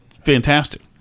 fantastic